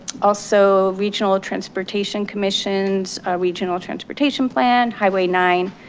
also regional transportation commission's regional transportation plan, highway nine,